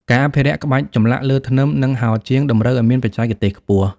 ការអភិរក្សក្បាច់ចម្លាក់លើធ្នឹម និងហោជាងតម្រូវឱ្យមានបច្ចេកទេសខ្ពស់។